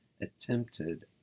attempted